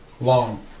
Long